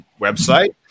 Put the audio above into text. website